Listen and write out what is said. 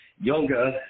yoga